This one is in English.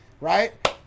right